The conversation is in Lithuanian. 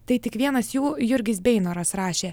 tai tik vienas jų jurgis beinoras rašė